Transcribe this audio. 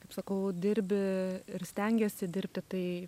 kaip sakau dirbi ir stengiesi dirbti tai